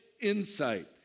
insight